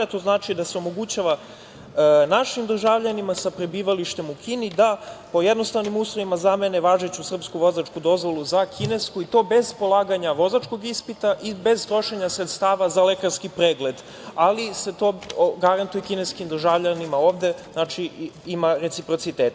To znači da se omogućava našim državljanima sa prebivalištem u Kini da po jednostavnim uslovima zamene važeću srpsku vozačku dozvolu za kinesku, i to bez polaganja vozačkog ispita i bez trošenja sredstava za lekarski pregled, ali se to garantuje i kineskim državljanima ovde, znači ima reciprociteta.